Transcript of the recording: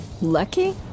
lucky